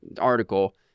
article